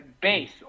base